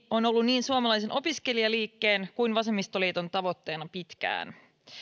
on ollut niin suomalaisen opiskelijaliikkeen kuin vasemmistoliiton tavoitteena pitkään